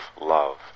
Love